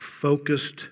focused